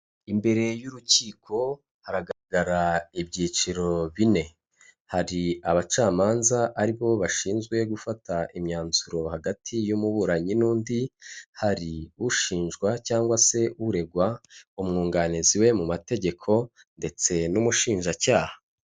Imbere y'urukiko, hagaragara ibyiciro bine hari abacamanza, aribo bashinzwe gufata imyanzuro hagati y'umuburanyi n'undi, hari ushinjwa, cyangwa se uregwa umwunganizi we mu mategeko, ndetse n'umushinjacyaha.